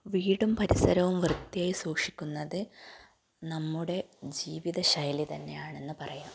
വീടും പരിസരവും വൃത്തിയായി സൂക്ഷിക്കുന്നത് നമ്മുടെ ജീവിത ശൈലി തന്നെയാണെന്ന് പറയാം